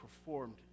performed